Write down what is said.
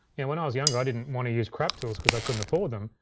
and when i was younger, i didn't wanna use crap tools cause i couldn't afford them,